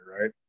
right